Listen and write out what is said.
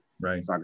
right